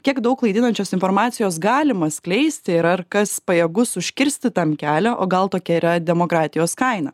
kiek daug klaidinančios informacijos galima skleisti ir ar kas pajėgus užkirsti tam kelią o gal tokia yra demokratijos kaina